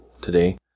today